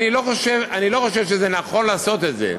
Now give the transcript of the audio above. אני לא חושב שנכון לעשות את זה.